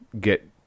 get